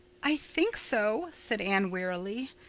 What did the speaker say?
i think so, said anne wearily.